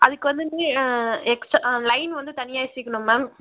அதுக்கு வந்துட்டு ஆ எக்ஸ்ட்ரா லைன் வந்து தனியாக வச்சிக்கணும் மேம்